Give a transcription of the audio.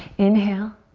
inhale.